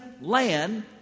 land